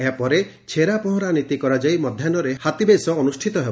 ଏହାପରେ ଛେରାପହଁରା ନୀତି କରାଯାଇ ମଧ୍ଧାହୁରେ ହାତୀବେଶ ଅନୁଷ୍ଠିତ ହେବ